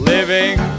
Living